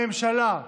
הממשלה,